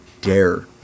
dare